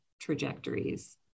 trajectories